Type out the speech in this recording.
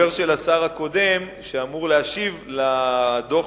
חבר הכנסת גדעון עזרא שאל אותנו על דוח